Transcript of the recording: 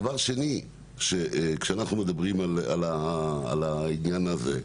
דבר שני, כשאנחנו מדברים על העניין הזה,